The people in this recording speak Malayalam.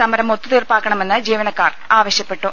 സമരം ഒത്തുതീർപ്പാക്കണമെന്ന് ജീവനക്കാർ ആവശ്യപ്പെട്ടു